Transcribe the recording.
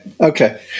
okay